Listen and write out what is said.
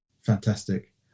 Fantastic